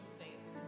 saints